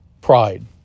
Pride